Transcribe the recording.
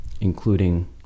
including